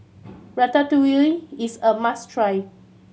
ratatouille is a must try